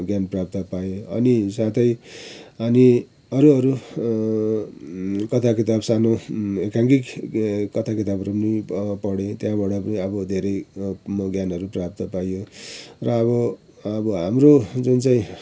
ज्ञान प्राप्त पाएँ अनि साथै अनि अरू अरू कथा किताब सानो एकाङ्की कथा किताबहरू पनि पढेँ त्यहाँबाट पनि अब धेरै म ज्ञानहरू प्राप्त पाइयो र अब अब हाम्रो जुन चाहिँ